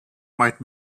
might